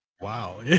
wow